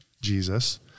jesus